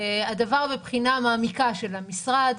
הדבר בבחינה מעמיקה של המשרד.